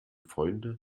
freunde